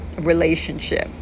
relationship